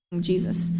Jesus